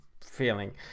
feeling